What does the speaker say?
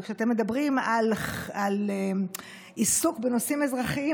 וכשאתם מדברים על עיסוק בנושאים אזרחיים,